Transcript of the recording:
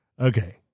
Okay